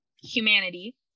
humanity